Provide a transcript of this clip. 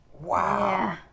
Wow